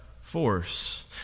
force